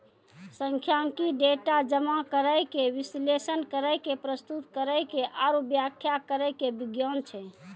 सांख्यिकी, डेटा जमा करै के, विश्लेषण करै के, प्रस्तुत करै के आरु व्याख्या करै के विज्ञान छै